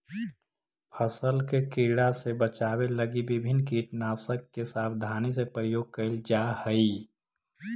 फसल के कीड़ा से बचावे लगी विभिन्न कीटनाशक के सावधानी से प्रयोग कैल जा हइ